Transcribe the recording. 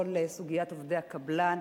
כל סוגיית עובדי הקבלן,